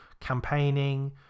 campaigning